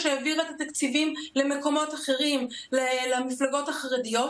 המערכת הישראלית קרסה מפני שהיא התנתקה מהדנ"א הערכי שלה.